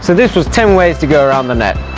so this was ten ways to go around the net.